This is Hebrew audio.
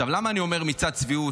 למה אני אומר "מצעד צביעות"?